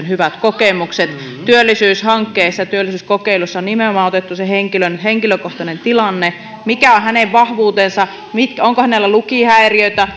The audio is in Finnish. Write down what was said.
hyvät kokemukset työllisyyshankkeessa ja työllisyyskokeilussa on nimenomaan otettu huomioon sen henkilön henkilökohtainen tilanne mikä on hänen vahvuutensa onko hänellä lukihäiriötä